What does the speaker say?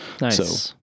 Nice